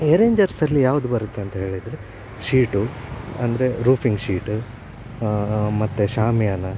ಎರೇಂಜರ್ಸಲ್ಲಿ ಯಾವುದು ಬರುತ್ತೆ ಅಂತ ಹೇಳಿದರೆ ಶೀಟು ಅಂದರೆ ರೂಫಿಂಗ್ ಶೀಟ್ ಮತ್ತೆ ಶ್ಯಾಮಿಯಾನ